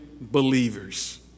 believers